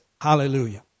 Hallelujah